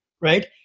right